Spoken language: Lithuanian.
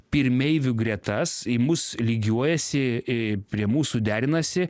pirmeivių gretas į mus lygiuojasi į prie mūsų derinasi